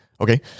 okay